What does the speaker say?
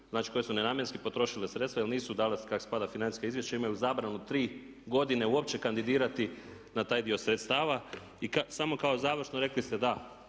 koje su nenamjenski potrošile sredstva jer nisu dala kako spada financijska izvješća, imaju zabranu tri godine uopće kandidirati na taj dio sredstava. I samo kao završno rekli ste da,